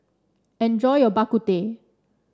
enjoy your Bak Kut Teh